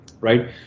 right